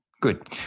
good